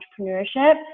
entrepreneurship